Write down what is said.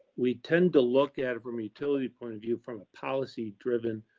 we tend to look at it from utility point of view from a policy driven.